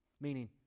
Meaning